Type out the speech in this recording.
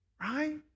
right